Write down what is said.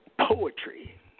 Poetry